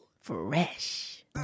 fresh